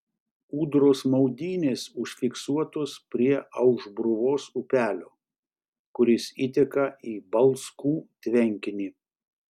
ūdros maudynės užfiksuotos prie aušbruvos upelio kuris įteka į balskų tvenkinį